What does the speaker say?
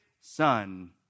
son